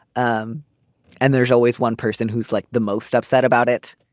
um and there's always one person who's like the most upset about it.